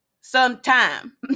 sometime